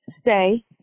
stay